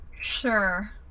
Sure